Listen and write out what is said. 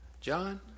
John